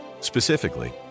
Specifically